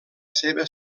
seva